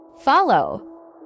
Follow